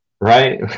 right